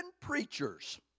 preachers